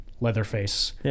Leatherface